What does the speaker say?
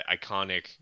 iconic